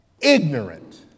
ignorant